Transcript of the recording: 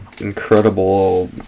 Incredible